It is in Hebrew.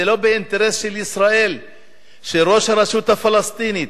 זה לא באינטרס של ישראל שראש הרשות הפלסטינית,